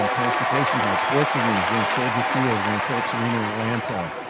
um transportation hubs, sports arenas. we're in soldier field, we're in philips arena in atlanta,